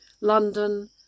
London